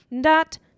dot